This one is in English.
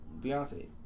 Beyonce